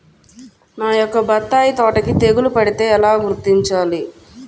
నా యొక్క బత్తాయి తోటకి తెగులు పడితే ఎలా గుర్తించాలి?